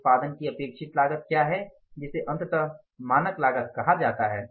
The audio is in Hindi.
उत्पादन की अपेक्षित लागत क्या है जिसे अंततः मानक लागत कहा जाता है